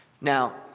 Now